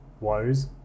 woes